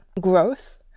growth